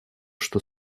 что